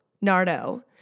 Nardo